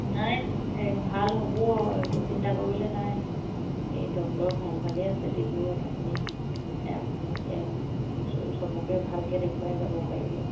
নাই এই ভাল হ'ব একো চিন্তা কৰিবলৈ নাই এই ডক্তৰ ভাল ভালেই আছে ডিব্ৰুগড়ত আপুনি চবকে ভালকৈ দেখুৱাই যাব পাৰিব